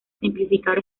simplificar